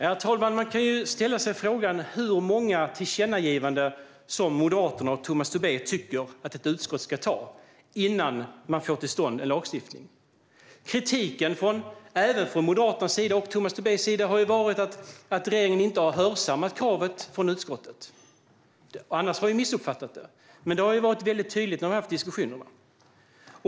Herr talman! Man kan ställa sig frågan hur många tillkännagivanden som Moderaterna och Tomas Tobé tycker att ett utskott ska göra innan man får till stånd en lagstiftning. Kritiken från Moderaterna och även från Tomas Tobé har varit att regeringen inte har hörsammat kravet från utskottet. Annars har jag missuppfattat det. Men det har varit tydligt i diskussionerna.